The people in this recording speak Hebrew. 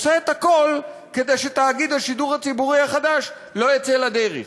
עושה את הכול כדי שתאגיד השידור הציבורי החדש לא יצא לדרך.